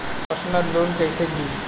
Personal loan कैसे ली?